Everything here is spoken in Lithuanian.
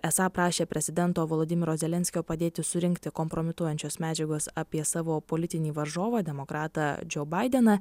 esą prašė prezidento volodimyro zelenskio padėti surinkti kompromituojančios medžiagos apie savo politinį varžovą demokratą džou baideną